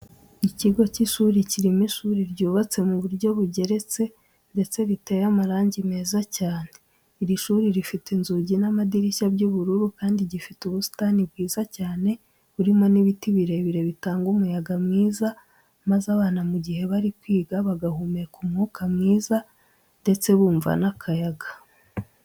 Ikigo cy'ishuri kirimo ishuri ryubatse mu buryo bugeretse ndetse riteye amarangi meza cyane. Iri shuri rifite inzugi n'amadirishya by'ubururu kandi gifite ubusitani bwiza cyane burimo n'ibiti birebire bitanga umuyaga mwiza maze abana mu gihe bari kwiga bagahumeka umwuka mwiza ndetse bumva n'akayaga.